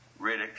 Riddick